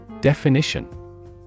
Definition